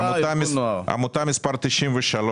עמותה מס' 93